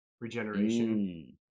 regeneration